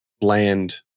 bland